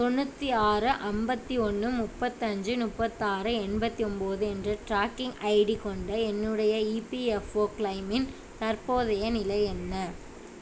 தொண்ணூத்தி ஆறு ஐம்பத்தி ஒன்று முப்பத்தஞ்சு முப்பத்தாறு எண்பத்தி ஒம்பது என்ற ட்ராக்கிங் ஐடி கொண்ட என்னுடைய இபிஎஃப்ஓ கிளெய்மின் தற்போதைய நிலை என்ன